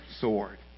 sword